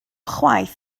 chwaith